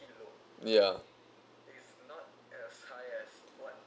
yeah